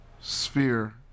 sphere